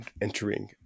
entering